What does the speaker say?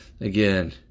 Again